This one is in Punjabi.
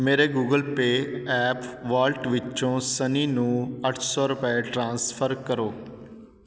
ਮੇਰੇ ਗੂਗਲ ਪੇ ਐਪ ਵਾਲਟ ਵਿੱਚੋਂ ਸਨੀ ਨੂੰ ਅੱਠ ਸੌ ਰੁਪਏ ਟ੍ਰਾਂਸਫਰ ਕਰੋ